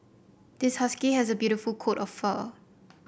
this husky has a beautiful coat of fur